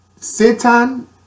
Satan